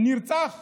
נרצח